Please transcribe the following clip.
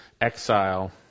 exile